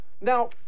Now